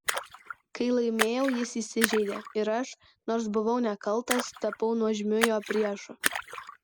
kai laimėjau jis įsižeidė ir aš nors buvau nekaltas tapau nuožmiu jo priešu